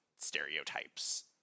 stereotypes